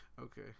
Okay